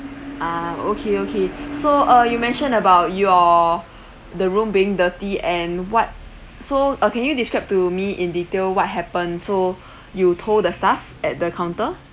ah okay okay so uh you mentioned about your the room being dirty and what so uh can you describe to me in detail what happen so you told the staff at the counter